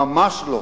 ממש לא.